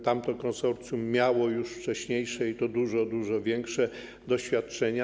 Tamto konsorcjum miało już wcześniejsze, i to dużo, dużo większe, doświadczenia.